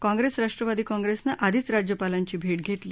काँग्रेस राष्ट्रवादी काँग्रेसनं आधीच राज्यपालांची भेट घेतली